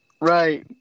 Right